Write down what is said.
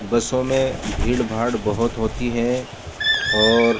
بسوں میں بھیڑ بھاڑ بہت ہوتی ہے اور